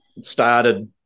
Started